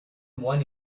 one